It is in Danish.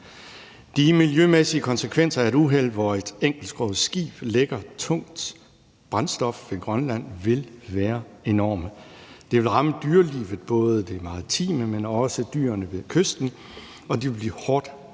De miljømæssige konsekvenser af et uheld, hvor et enkeltskroget skib lækker tungt brændstof ved Grønland, vil være enorme. Det vil ramme dyrelivet, både det maritime, men også dyrene ved kysten, og de vil blive hårdt ramt.